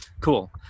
Cool